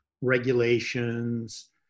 regulations